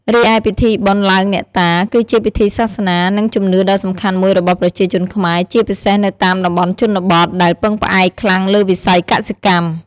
រីឯពិធីបុណ្យឡើងអ្នកតា គឺជាពិធីសាសនា និងជំនឿដ៏សំខាន់មួយរបស់ប្រជាជនខ្មែរ ជាពិសេសនៅតាមតំបន់ជនបទ ដែលពឹងផ្អែកខ្លាំងលើវិស័យកសិកម្ម។